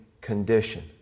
condition